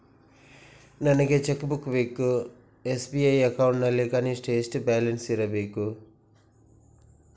ನನಗೆ cheque book ಬೇಕು SB account ನಲ್ಲಿ ಕನಿಷ್ಠ ಎಷ್ಟು ಬ್ಯಾಲೆನ್ಸ್ ಇರಬೇಕು?